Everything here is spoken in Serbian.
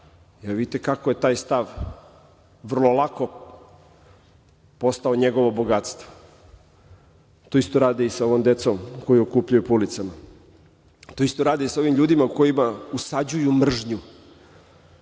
Vidite kako je taj stav vrlo lako postao njegovo bogatstvo. To isto radi i sa ovom decom koju okupljaju po ulici. To isto rade i sa ovim ljudima kojima usađuju mržnju